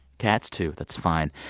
cats, too that's fine.